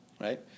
Right